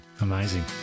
Amazing